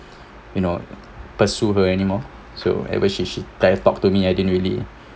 you know pursue her anymore so ever she she try talk to me I didn't really